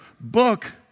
book